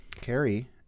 Carrie